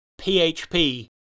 PHP